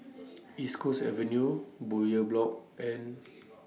East Coast Avenue Bowyer Block and